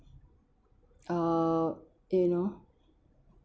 uh you know